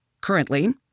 Currently